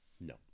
No